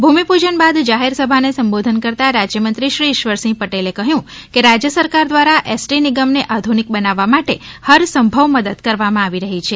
ભૂમિપૂજન બાદ જાહેર સભાને સંબોધન કરતા રાજ્ય મંત્રી શ્રી ઇશ્વરસિંહ પટેલે કહ્યું કે રાજ્ય સરકાર દ્વારા એસટી નિગમને આધુનિક બનાવવા માટે હરસંભવ મદદ કરવામાં આવી રહી છે